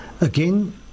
again